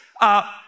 up